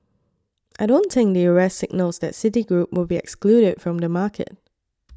I don't think the arrest signals that Citigroup will be excluded from the market